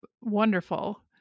wonderful